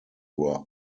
were